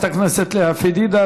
לחברת הכנסת לאה פדידה.